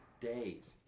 days